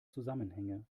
zusammenhänge